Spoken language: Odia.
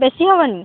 ବେଶୀ ହେବନି